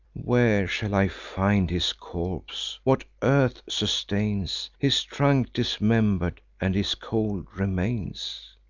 where shall i find his corpse? what earth sustains his trunk dismember'd, and his cold remains?